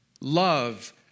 Love